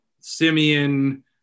Simeon